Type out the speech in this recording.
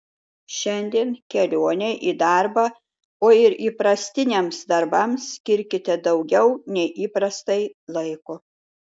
šiandien kelionei į darbą o ir įprastiniams darbams skirkite daugiau nei įprastai laiko